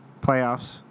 playoffs